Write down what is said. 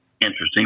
interesting